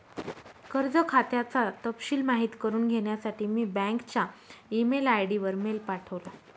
कर्ज खात्याचा तपशिल माहित करुन घेण्यासाठी मी बँकच्या ई मेल आय.डी वर मेल पाठवला